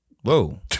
Whoa